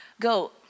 go